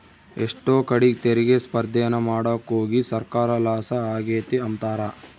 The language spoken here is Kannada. ಎಷ್ಟೋ ಕಡೀಗ್ ತೆರಿಗೆ ಸ್ಪರ್ದೇನ ಮಾಡಾಕೋಗಿ ಸರ್ಕಾರ ಲಾಸ ಆಗೆತೆ ಅಂಬ್ತಾರ